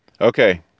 Okay